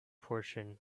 portion